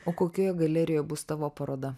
o kokioje galerijoje bus tavo paroda